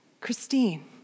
Christine